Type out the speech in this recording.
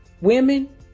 Women